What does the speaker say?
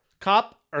Cop